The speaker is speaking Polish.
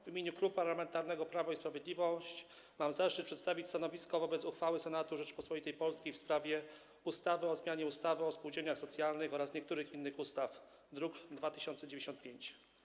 W imieniu Klubu Parlamentarnego Prawo i Sprawiedliwość mam zaszczyt przedstawić stanowisko wobec uchwały Senatu Rzeczypospolitej Polskiej w sprawie ustawy o zmianie ustawy o spółdzielniach socjalnych oraz niektórych innych ustaw, druk nr 2095.